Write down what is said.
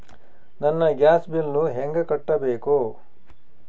ನನ್ನ gas bill ಹೆಂಗ ಕಟ್ಟಬೇಕು?